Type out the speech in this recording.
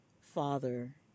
Father